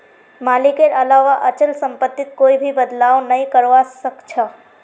मालिकेर अलावा अचल सम्पत्तित कोई भी बदलाव नइ करवा सख छ